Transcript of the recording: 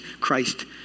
Christ